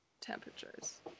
temperatures